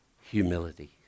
humility